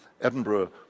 Edinburgh